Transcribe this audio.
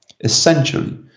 Essentially